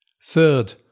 third